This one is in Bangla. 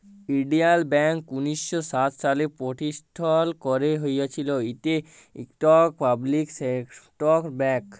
ইলডিয়াল ব্যাংক উনিশ শ সাত সালে পরতিষ্ঠাল ক্যারা হঁইয়েছিল, ইট ইকট পাবলিক সেক্টর ব্যাংক